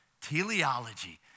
teleology